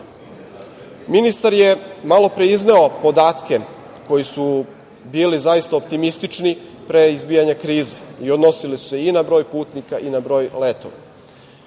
Srbiji. Ministar je malo pre izneo podatke koji su bili zaista optimistični pre izbijanja krize i odnosili su se i na broj putnika i na broj letova.